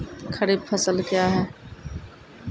खरीफ फसल क्या हैं?